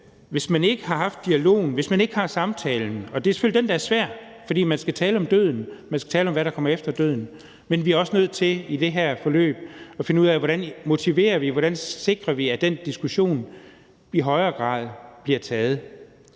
hvis man ikke har haft dialogen, altså hvis man ikke haft samtalen. Og det er selvfølgelig den, der er svær, fordi man skal tale om døden; man skal tale om, hvad der kommer efter døden. Men vi er også nødt til i det her forløb at finde ud af, hvordan vi motiverer til og hvordan vi sikrer, at den diskussion i højere grad bliver taget.